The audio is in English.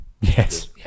Yes